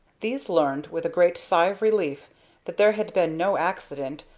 these learned with a great sigh of relief that there had been no accident,